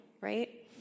right